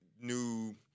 new